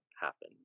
happen